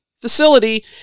facility